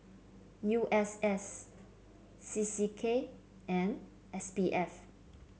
U S S C C K and S P F